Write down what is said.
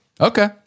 Okay